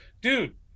dude